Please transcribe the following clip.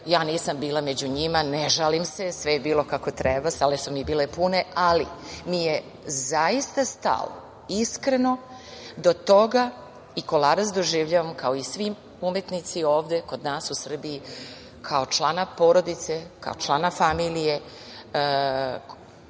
Ja nisam bila među njima, ne žalim se, sve je bilo kako treba, sale su mi bile pune, ali mi je zaista stalo iskreno do toga, i Kolarac doživljavam kao i svi umetnici ovde kod nas u Srbiji kao člana porodice, kao člana familije,